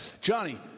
Johnny